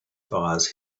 fires